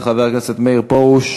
חבר הכנסת מאיר פרוש?